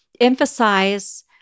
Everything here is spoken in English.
emphasize